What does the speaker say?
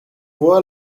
voix